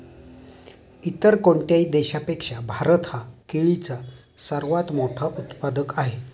इतर कोणत्याही देशापेक्षा भारत हा केळीचा सर्वात मोठा उत्पादक आहे